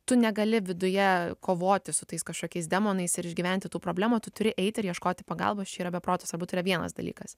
tu negali viduje kovoti su tais kažkokiais demonais ir išgyventi tų problemų tu turi eiti ir ieškoti pagalbos čia yra be proto svarbu tai yra vienas dalykas